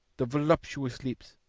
the voluptuous lips.